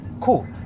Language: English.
Cool